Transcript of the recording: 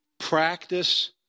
Practice